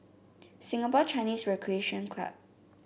Singapore Chinese Recreation Club